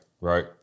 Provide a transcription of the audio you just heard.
right